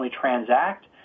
transact